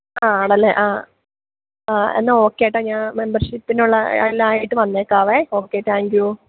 ആ ആണല്ലേ ആ ആ എന്നാൽ ഓക്കെയാട്ടാ ഞാൻ മെമ്പർഷിപ്പിനുള്ള എല്ലാം ആയിട്ട് വന്നേക്കാവേ ഓക്കെ താങ്ക് യൂ